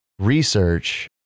research